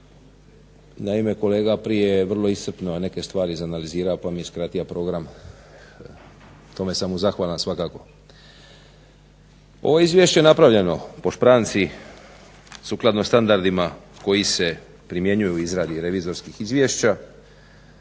Naime, kolega prije je vrlo iscrpno neke stvari izanalizirao pa mi je skratio program. Tome sam mu zahvalan svakako. Ovo Izvješće je napravljeno po špranci sukladno standardima koji se primjenjuju u izradi revizorskih izvješća.